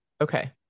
Okay